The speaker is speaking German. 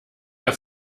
der